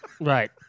Right